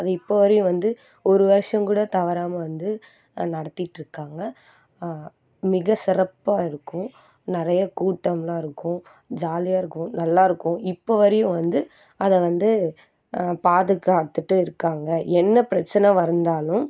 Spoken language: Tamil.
அது இப்போ வரையும் வந்து ஒரு வருஷம் கூட தவறாமல் வந்து நடத்திட்டுருக்காங்க மிக சிறப்பா இருக்கும் நிறைய கூட்டம்லாம் இருக்கும் ஜாலியா இருக்கும் நல்லா இருக்கும் இப்போ வரையும் வந்து அதை வந்து பாதுகாத்துட்டு இருக்காங்க என்ன பிரச்சின வந்தாலும்